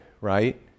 right